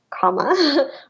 comma